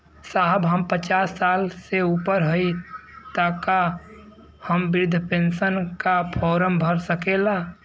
साहब हम पचास साल से ऊपर हई ताका हम बृध पेंसन का फोरम भर सकेला?